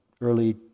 early